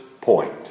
point